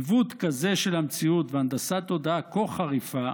עיוות כזה של המציאות והנדסת תודעה כה חריפה